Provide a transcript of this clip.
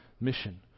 mission